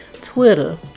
Twitter